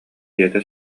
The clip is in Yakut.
ийэтэ